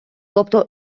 тобто